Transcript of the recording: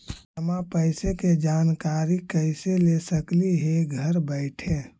जमा पैसे के जानकारी कैसे ले सकली हे घर बैठे?